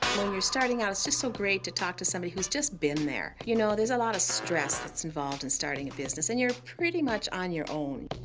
when you're starting out, it's just so great to talk to somebody who's just been there. you know, there's a lot of stress that's involved in starting a business, and you're pretty much on your own.